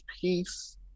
peace